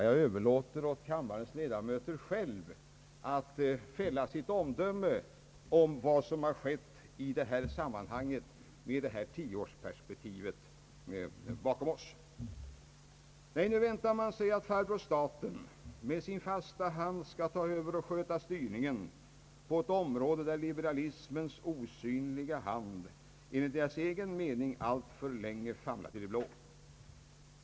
Jag överlåter åt kammarens ledamöter att själva med tio års perspektiv bakom oss fälla ett omdöme av vad som har skett i detta sammanhang. Nej, nu väntar man sig att farbror staten med sin fasta hand skall ta över och sköta styrningen på ett område där liberalismens osynliga hand enligt deras egen mening alltför länge famlat i det blå.